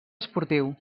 esportiu